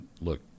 look